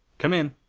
come in.